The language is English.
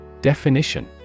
Definition